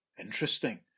Interesting